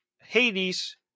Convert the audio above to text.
Hades